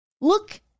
Look